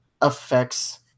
affects